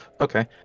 Okay